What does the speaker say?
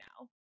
now